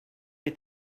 est